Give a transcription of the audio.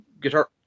guitar